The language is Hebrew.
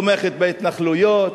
תומכת בהתנחלויות.